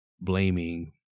blaming